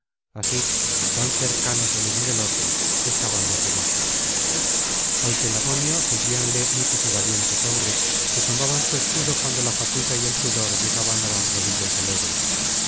así tan cercanos el uno del otro estaban los ayaces al telamonio seguíanle muchos y valientes hombres que tomaban su escudo cuando la fatiga y el sudor llegaban á las rodillas del héroe